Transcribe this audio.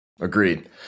Agreed